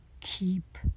keep